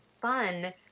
fun